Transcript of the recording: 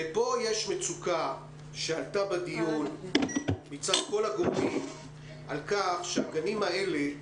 ופה יש מצוקה שעלתה בדיון מצד כל הגורמים על כך שכל הגנים האלה,